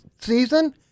season